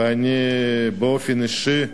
ואני באופן אישי,